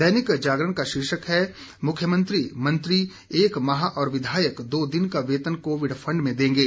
दैनिक जागरण का शीर्षक है मुख्यमंत्री मंत्री एक माह और विधायक दो दिन का वेतन कोविड फंड में देंगे